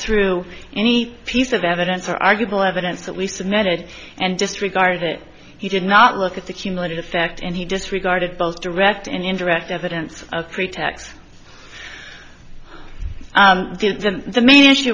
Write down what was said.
through any piece of evidence or arguable evidence that we submitted and disregard it he did not look at the cumulative effect and he disregarded both direct and indirect evidence of pretext the main issue